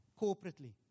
corporately